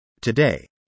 Today